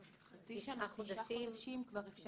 חצי שנה, תשעה חודשים, כבר אפשר